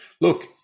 look